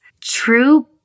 true